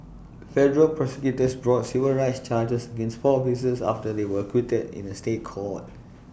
federal prosecutors brought civil rights charges against four officers after they were acquitted in A State Court